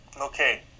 Okay